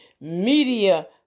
Media